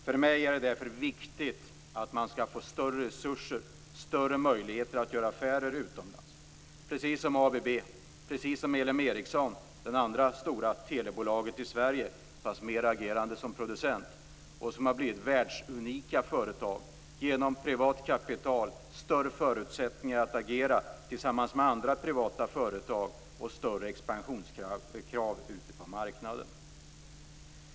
För mig är det därför viktigt att man skall få större resurser och därmed större möjligheter att göra affärer utomlands, precis som ABB, LM Ericsson - det andra stora telebolaget i Sverige, fast mer agerande som producent. De har blivit världsunika företag med hjälp av privat kapital, större förutsättningar att agera tillsammans med andra privata företag och större expansionskrav på marknaden.